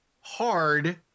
hard